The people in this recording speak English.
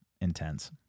intense